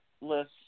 list